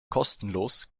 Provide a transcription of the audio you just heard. kostenlos